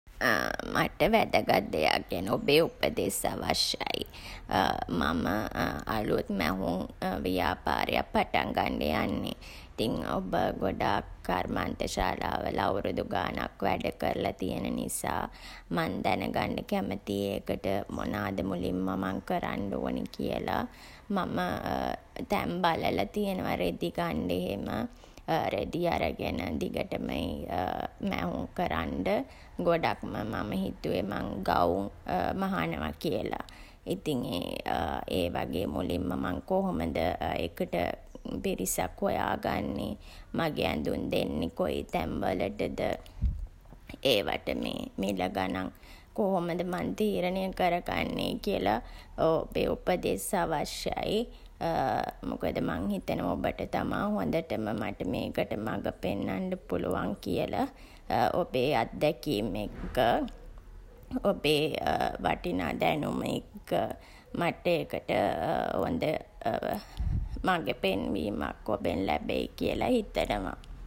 මට වැදගත් දෙයක් ගැන ඔබේ උපදෙස් අවශ්‍යයි. මම අලුත් මැහුම් ව්‍යාපාරයක් පටන් ගන්ඩ යන්නේ. ඉතින් ඔබ ගොඩාක් කර්මාන්තශාලා වල අවුරුදු ගානක් වැඩ කරලා තියන නිසා මං දැනගන්ඩ කැමතියි ඒකට මොනාද මුලින්ම මං කරන්ඩ ඕනේ කියලා. මම තැන් බලලා තියනවා රෙදි ගන්ඩ එහෙම. රෙදි අරගෙන දිගටම මැහුම් කරන්ඩ. ගොඩක්ම මම හිතුවේ මං ගවුම් මහනවා කියලා. ඉතින් ඒ ඒ වගේ මුලින්ම මං කොහොමද ඒකට පිරිසක් හොයා ගන්නේ. මගේ ඇඳුම් දෙන්නේ කොයි තැන් වලටද, ඒවට මේ මිල ගණන් කොහොමද මං තීරණය කරගන්නේ කියලා ඔබේ උපදෙස් අවශ්‍යයි. මොකද මං හිතනවා ඔබට තමා හොඳටම මට මේකට මඟ පෙන්වන්න පුළුවන් කියලා ඔබේ අත්දැකීම් එක්ක. ඔබේ වටිනා දැනුම එක්ක. මට ඒකට හොඳ මඟ පෙන්වීමක් ඔබෙන් ලැබෙයි කියලා හිතනවා.